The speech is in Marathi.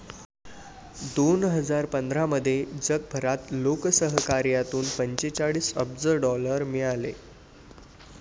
दोन हजार पंधरामध्ये जगभर लोकसहकार्यातून पंचेचाळीस अब्ज डॉलर मिळाले